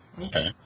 Okay